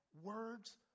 words